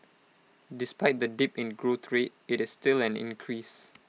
despite the dip in growth rate IT is still an increase